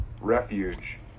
refuge